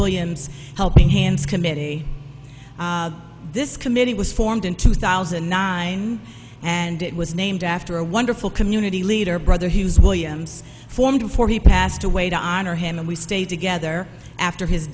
williams helping hands committee this committee was formed in two thousand and nine and it was named after a wonderful community leader brother hughes williams formed before he passed away to honor him and we stayed together after his